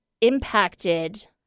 impacted